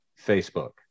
Facebook